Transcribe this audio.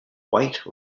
white